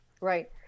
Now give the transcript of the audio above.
Right